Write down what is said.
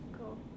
cool